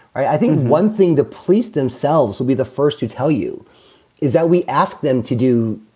i think one thing the police themselves will be the first to tell you is that we ask them to do.